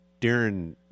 Darren